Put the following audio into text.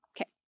Okay